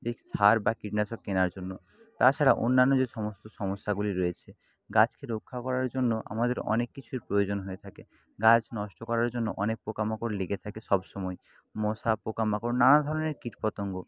জৈবিক সার বা কীটনাশক কেনার জন্য তাছাড়া অন্যান্য যে সমস্ত সমস্যাগুলি রয়েছে গাছকে রক্ষা করার জন্য আমাদের অনেক কিছুর প্রয়োজন হয়ে থাকে গাছ নষ্ট করার জন্য অনেক পোকামাকড় লেগে থাকে সবসময় মশা পোকামাকড় নানা ধরণের কীটপতঙ্গ